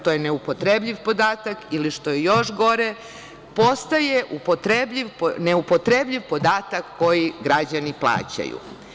To je neupotrebljiv podatak ili što je još gore, postaje neupotrebljiv podatak koji građani plaćaju.